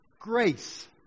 grace